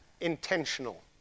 intentional